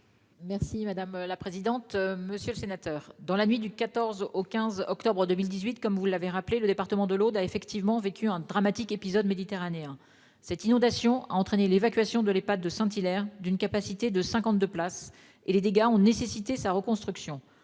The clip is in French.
Mme la ministre déléguée. Monsieur le sénateur, dans la nuit du 14 au 15 octobre 2018, le département de l'Aude a effectivement vécu un dramatique épisode méditerranéen. Cette inondation a entraîné l'évacuation de l'Ehpad de Saint-Hilaire, d'une capacité de 52 places, et les dégâts ont nécessité sa reconstruction